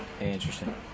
Interesting